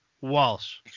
Walsh